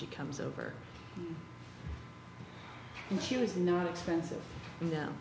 she comes over and she was no expensive you know